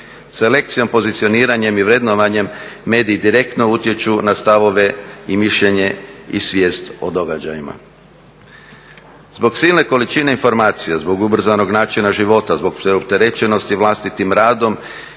Selekcijom, pozicioniranjem i vrednovanjem mediji direktno utječu na stavove i mišljenje i svijest o događajima. Zbog silne količine informacija, zbog ubrzanog načina života, zbog preopterećenosti vlastitim radom